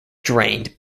drained